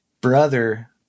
brother